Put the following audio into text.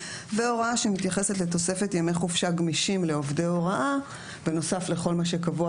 והוראה שמתייחסת לתוספת ימי חופשה גמישים לעובדי הוראה בנוסף לכל מה שקבוע